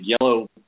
yellow